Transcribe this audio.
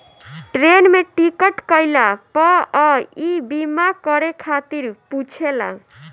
train में ticket कईला पअ इ बीमा करे खातिर पुछेला